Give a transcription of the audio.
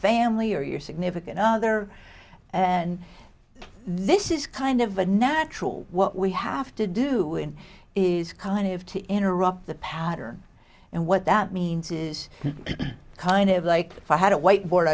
family or your significant other and this is kind of a natural what we have to do is kind of to interrupt the pattern and what that means is kind of like if i had a white